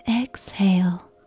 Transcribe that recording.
exhale